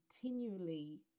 continually